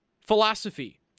philosophy